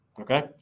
Okay